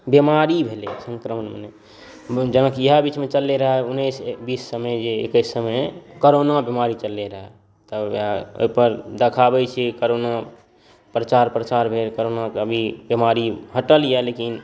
बेमारी भेलै संक्रमण मने जेनाकि इएह बीचमे चललै रहै उनैस बीससबमे एकैससबमे कोरोना बेमारी चललै रहै तऽ ओहिपर देखाबै छी कोरोना प्रचार प्रचार भेल कोरोनाके अभी बेमारी हटल अइ लेकिन